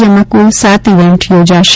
જેમાં કુલ સાત ઇવેન્ટ યોજાશે